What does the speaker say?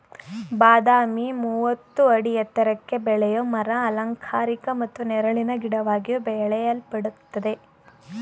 ಬಾದಾಮಿ ಮೂವತ್ತು ಅಡಿ ಎತ್ರಕ್ಕೆ ಬೆಳೆಯೋ ಮರ ಅಲಂಕಾರಿಕ ಮತ್ತು ನೆರಳಿನ ಗಿಡವಾಗಿಯೂ ಬೆಳೆಯಲ್ಪಡ್ತದೆ